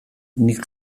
nik